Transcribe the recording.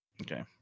Okay